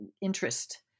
interest